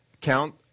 Count